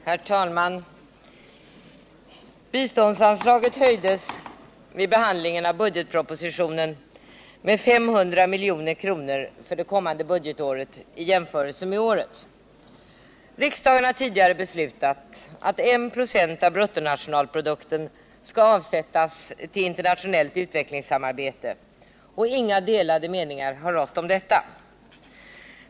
Herr talman! Biståndsanslaget höjdes vid behandlingen av budgetpropositionen med 500 milj.kr. för det kommande budgetåret i jämförelse med detta budgetår. Riksdagen har tidigare beslutat att I 96 av bruttonationalprodukten skall avsättas till internationellt utvecklingssamarbete, och inga delade meningar har rått om detta.